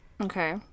Okay